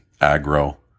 agro